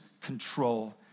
control